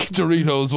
Doritos